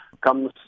comes